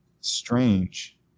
strange